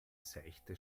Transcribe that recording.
seichte